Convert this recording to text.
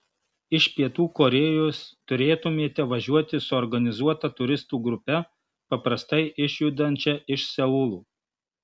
iš pietų korėjos turėtumėte važiuoti su organizuota turistų grupe paprastai išjudančia iš seulo